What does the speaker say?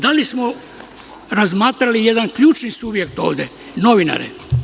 Da li smo razmatrali jedan ključni subjekt ovde, novinare?